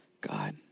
God